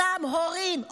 אותם הורים,